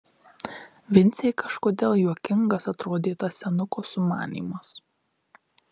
vincei kažkodėl juokingas atrodė tas senuko sumanymas